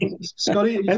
Scotty